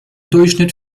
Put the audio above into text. durchschnitt